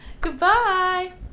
goodbye